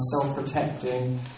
self-protecting